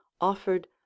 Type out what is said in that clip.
offered